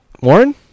Warren